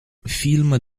film